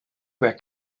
were